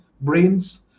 brains